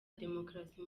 demokarasi